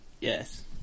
Yes